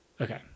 Okay